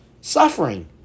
suffering